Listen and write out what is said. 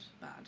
bad